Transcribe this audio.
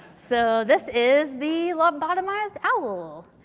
so, this is the lobotomized owl.